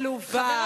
עלובה.